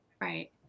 right